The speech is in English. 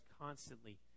constantly